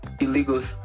illegals